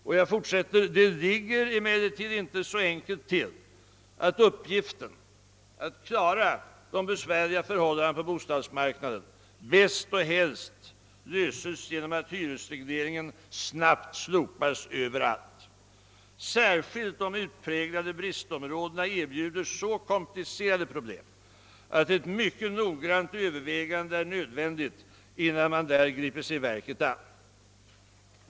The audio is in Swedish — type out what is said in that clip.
Och jag fortsatte: »Det ligger emellertid inte så enkelt till att den uppgiften» — att ordna de besvärliga förhållandena på bostadsmarknaden — »bäst och helst klaras genom att hyresregleringen snabbt slopas överallt. Särskilt de utpräglade bristområdena erbjuder så komplicerade problem att ett mycket noggrant övervägande är nödvändigt innan man där griper sig verket an.